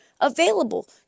available